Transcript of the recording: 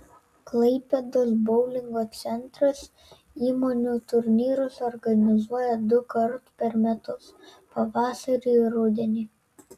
klaipėdos boulingo centras įmonių turnyrus organizuoja dukart per metus pavasarį ir rudenį